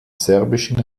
serbischen